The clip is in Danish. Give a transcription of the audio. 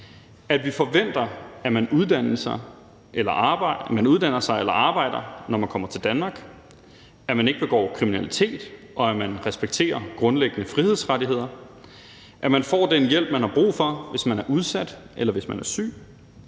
At vi forventer, at man uddanner sig eller arbejder, når man kommer til Danmark; at man ikke begår kriminalitet, og at man respekterer grundlæggende frihedsrettigheder; at man får den hjælp, man har brug for, hvis man er udsat, eller hvis man er syg;